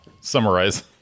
summarize